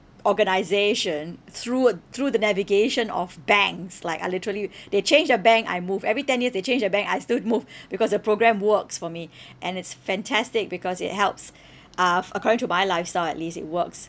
organisation through through the navigation of banks like I literally they change the bank I move every ten years they change the bank I still move because the program works for me and it's fantastic because it helps uh f~ according to my lifestyle at least it works